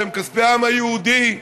שהם כספי העם היהודי,